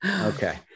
Okay